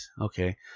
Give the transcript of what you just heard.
Okay